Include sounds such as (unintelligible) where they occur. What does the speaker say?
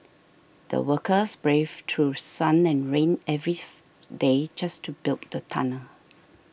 the workers braved through sun and rain every (unintelligible) day just to build the tunnel